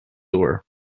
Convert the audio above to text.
door